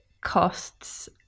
costs